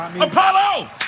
Apollo